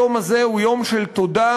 היום הזה הוא יום של תודה,